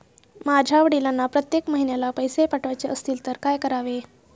माझ्या वडिलांना प्रत्येक महिन्याला पैसे पाठवायचे असतील तर काय करावे?